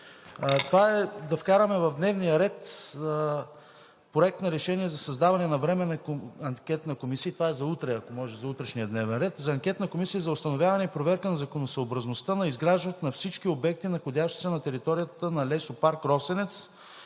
Това е да вкараме в дневния ред Проект на решение за създаване на Временна анкетна комисия – това, ако може за утрешния дневен ред – за установяване и проверка на законосъобразността на изграждането на всички обекти, находящи се на територията на лесопарк „Росенец“,